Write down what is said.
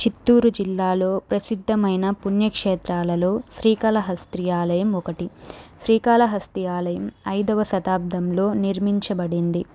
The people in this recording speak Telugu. చిత్తూరు జిల్లాలో ప్రసిద్ధమైన పుణ్యక్షేత్రాలలో శ్రీకాళహస్త్రి ఆలయం ఒకటి శ్రీకాళహస్తి ఆలయం ఐదవ శతాబ్దంలో నిర్మించబడింది